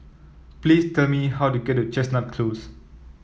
please tell me how to get to Chestnut Close